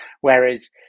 whereas